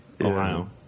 Ohio